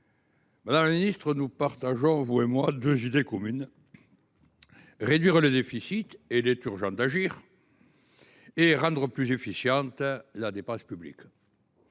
Madame la ministre, nous partageons, vous et moi, deux idées communes : réduire les déficits – il est urgent d’agir – et rendre plus efficiente la dépense publique.